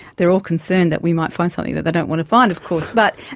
they're all concerned that we might find something that they don't want to find of course but,